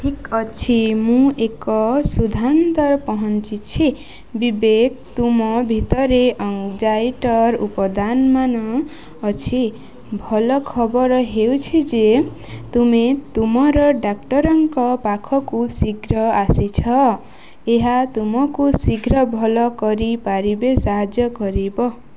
ଠିକ୍ ଅଛି ମୁଁ ଏକ ସିଦ୍ଧାନ୍ତରେ ପହଞ୍ଚିଛି ବିବେକ ତୁମ ଭିତରେ ଆନ୍ଜାଇଟିର ଉପଦାନମାନ ଅଛି ଭଲ ଖବର ହେଉଛି ଯେ ତୁମେ ତୁମର ଡାକ୍ତରଙ୍କ ପାଖକୁ ଶୀଘ୍ର ଆସିଛ ଏହା ତୁମକୁ ଶୀଘ୍ର ଭଲ କରିପାରିବେ ସାହାଯ୍ୟ କରିବ